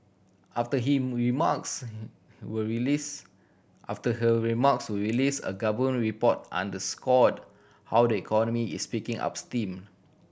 after he remarks were release after her remarks were release a government report underscored how the economy is picking up steam